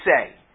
say